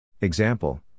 Example